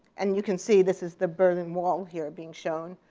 and you can see this is the berlin wall here being shown.